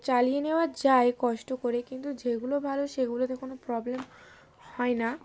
চালিয়ে নেওয়া যায় কষ্ট করে কিন্তু যেগুলো ভালো সেগুলোতে কোনো প্রবলেম হয় না